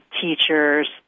teachers